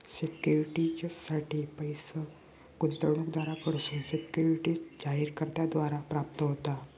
सिक्युरिटीजसाठी पैस गुंतवणूकदारांकडसून सिक्युरिटीज जारीकर्त्याद्वारा प्राप्त होता